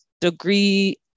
degree